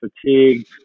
fatigued